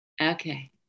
Okay